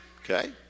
Okay